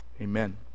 Amen